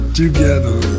together